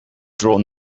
drawn